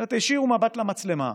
אלא תישירו מבט למצלמה,